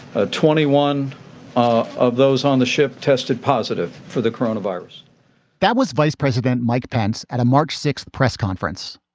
ah twenty one ah of those on the ship tested positive for the corona virus that was vice president mike pence at a march sixth press conference.